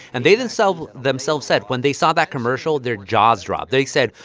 and they themselves themselves said when they saw that commercial, their jaws dropped. they said,